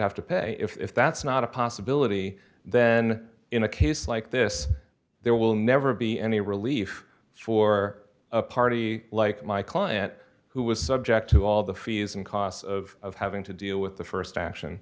have to pay if that's not a possibility then in a case like this there will never be any relief for a party like my client who was subject to all the fees and costs of having to deal with the st action